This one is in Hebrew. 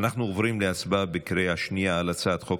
אנחנו עוברים להצבעה בקריאה השנייה על הצעת חוק